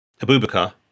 Abubakar